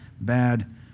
bad